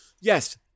Yes